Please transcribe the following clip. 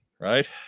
Right